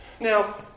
Now